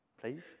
please